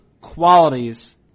qualities